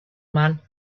man